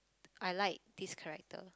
I like this character